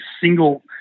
single